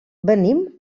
venim